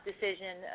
decision